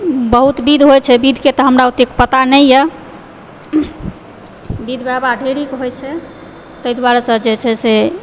बहुत विध होइ छै विधके तऽ ओतेक हमरा पता नहि यऽ विध व्यवहार ढेरिक होइ छै ताहि दुआरेसँ जे छै से